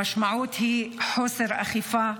המשמעות היא חוסר אכיפה,